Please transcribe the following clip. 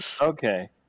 Okay